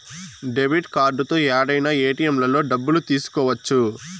debit కార్డుతో యాడైనా ఏటిఎంలలో డబ్బులు తీసుకోవచ్చు